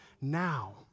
now